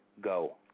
Go